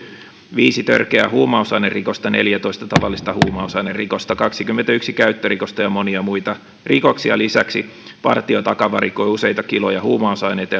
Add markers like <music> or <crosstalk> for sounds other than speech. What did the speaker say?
viisi törkeää huumausainerikosta neljätoista tavallista huumausainerikosta kaksikymmentäyksi käyttörikosta ja monia muita rikoksia lisäksi partio takavarikoi useita kiloja huumausaineita <unintelligible>